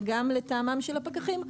וגם לטעמם של הפקחים,